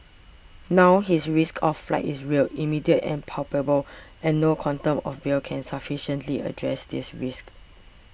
now his risk of flight is real immediate and palpable and no quantum of bail can sufficiently address this risk